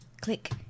click